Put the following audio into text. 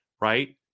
right